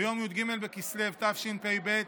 ביום י"ג בכסלו התשפ"ב,